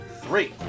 three